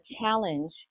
challenge